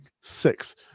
six